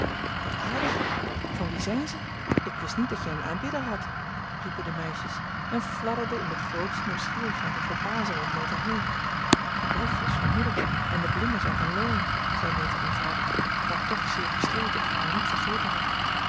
wat aardig van wien zijn zij ik wist niet dat jij een aanbidder hadt riepen de meisjes en fladderden in de grootste nieuwsgierigheid en verbazing om meta heen het briefje is van moeder en de bloemen zijn van laurie zei meta eenvoudig maar toch zeer gestreeld dat hij haar niet vergeten had